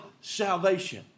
salvation